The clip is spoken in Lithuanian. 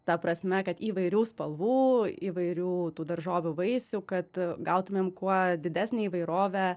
ta prasme kad įvairių spalvų įvairių tų daržovių vaisių kad gautumėm kuo didesnę įvairovę